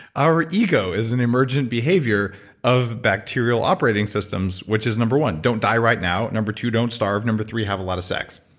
our ego is an emergent behavior of bacterial operating systems, which is number one, don't die right now. number two don't starve. number three, have a lot of sex.